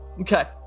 okay